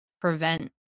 prevent